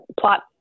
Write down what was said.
plot